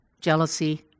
jealousy